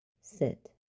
Sit